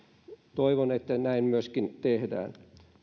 toivon että näin myöskin tehdään